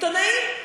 עיתונאים.